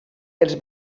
els